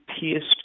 pierced